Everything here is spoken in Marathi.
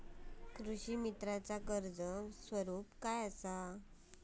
कृषीमित्राच कर्ज स्वरूप काय असा?